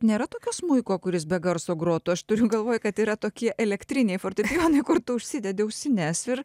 nėra tokio smuiko kuris be garso grotų aš turiu galvoj kad yra tokie elektriniai fortepijonai kur tu užsidedi ausines ir